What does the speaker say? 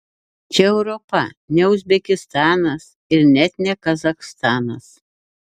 čia europa ne uzbekistanas ir net ne kazachstanas